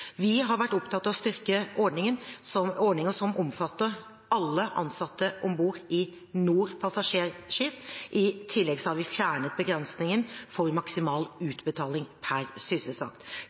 Vi har vært opptatt av å styrke ordninger som omfatter alle ansatte om bord i NOR-passasjerskip. I tillegg har vi fjernet begrensningen for maksimal utbetaling per sysselsatt.